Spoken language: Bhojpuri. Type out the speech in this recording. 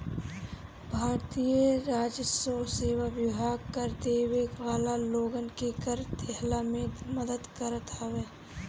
भारतीय राजस्व सेवा विभाग कर देवे वाला लोगन के कर देहला में मदद करत हवे